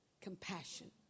compassion